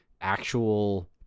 actual